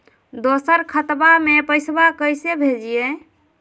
दोसर खतबा में पैसबा कैसे भेजिए?